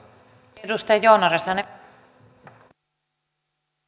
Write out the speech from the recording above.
arvoisa puhemies